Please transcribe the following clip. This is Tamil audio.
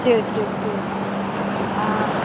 சரி சரி சரி ஆ